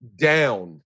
down